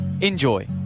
Enjoy